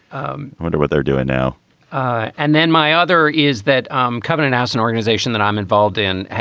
um wonder what they're doing now and then my other is that um covenant house, an organization that i'm involved in,